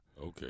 Okay